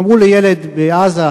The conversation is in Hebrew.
הם אמרו לילד בעזה,